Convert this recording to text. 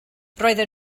roedden